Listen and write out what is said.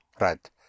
Right